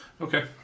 Okay